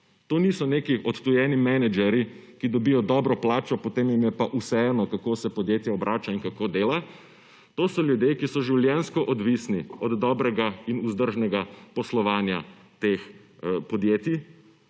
to niso neki odtujeni menedžerji, ki dobijo dobro plačo, potem jim je pa vseeno, kako se podjetje obrača in kako dela. To so ljudje, ki so življenjsko odvisni od dobrega in vzdržnega poslovanja teh podjetij,